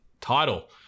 title